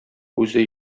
үзе